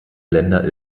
länder